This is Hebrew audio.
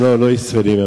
לא, הם לא ישראלים.